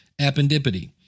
Appendipity